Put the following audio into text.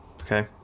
Okay